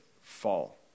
fall